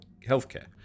healthcare